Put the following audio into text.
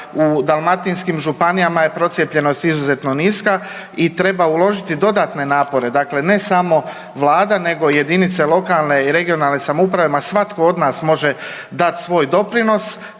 u dalmatinskim županijama je procijepljenost izuzetno niska i treba uložiti dodatne napore, dakle ne samo vlada nego i jedinice lokalne i regionalne samouprave, ma svatko od nas može dat svoj doprinos